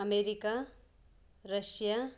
America Russia